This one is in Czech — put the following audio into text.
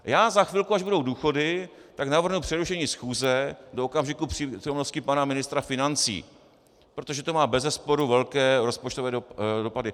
Já za chvilku, až budou důchody, navrhnu přerušení schůze do okamžiku přítomnosti pana ministra financí, protože to má bezesporu velké rozpočtové dopady.